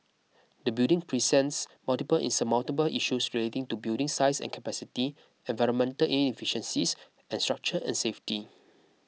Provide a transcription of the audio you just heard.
the building presents multiple insurmountable issues relating to building size and capacity environmental inefficiencies and structure and safety